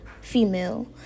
female